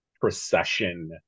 procession